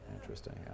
Interesting